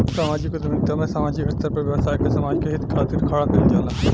सामाजिक उद्यमिता में सामाजिक स्तर पर व्यवसाय के समाज के हित खातिर खड़ा कईल जाला